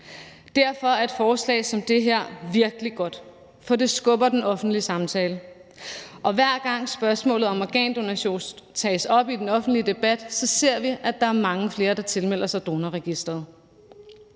Derfor er et forslag som det her virkelig godt, for det skubber den offentlige samtale. Og hver gang spørgsmålet om organdonation tages op i den offentlige debat, ser vi, at der er mange flere, der tilmelder sig Organdonorregisteret.